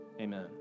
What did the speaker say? amen